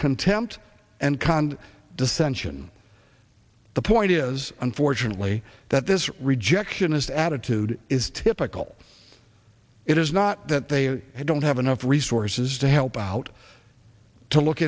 contempt and cond dissention the point is unfortunately that this rejection is attitude is typical it is not that they don't have enough resources to help out to look